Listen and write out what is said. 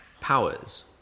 powers